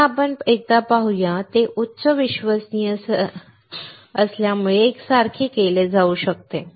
आपण पुन्हा एकदा पाहूया ते उच्च विश्वासार्हतेसह एकसारखे केले जाऊ शकते